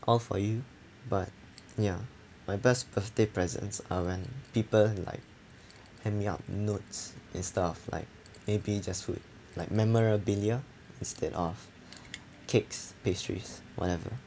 all for you but ya my best birthday presents are when people like hand me up notes and stuff like maybe just food like memorabilia instead of cakes pastries whatever